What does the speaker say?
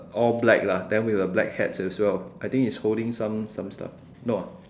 all black lah then with a black hat as well I think he is holding some some stuff no ah